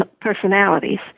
personalities